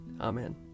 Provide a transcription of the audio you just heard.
Amen